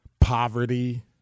poverty